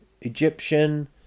Egyptian